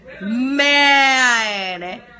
man